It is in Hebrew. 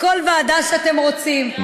לכל ועדה שאתם רוצים,